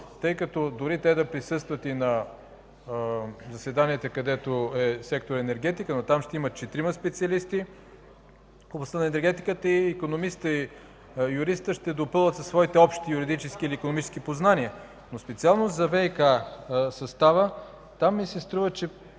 тъй като дори те да присъстват на заседанията, където е сектор енергетика, там ще има 4 специалисти в областта на енергетиката и икономистът и юристът ще допълват със своите общи юридически или икономически познания, но специално за ВиК състава ми се струва, че